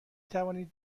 توانید